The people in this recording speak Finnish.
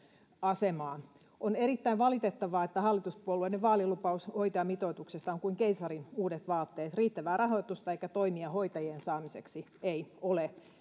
asemaa on erittäin valitettavaa että hallituspuolueiden vaalilupaus hoitajamitoituksesta on kuin keisarin uudet vaatteet riittävää rahoitusta ei ole eikä toimia hoitajien saamiseksi